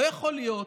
לא יכול להיות